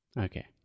Okay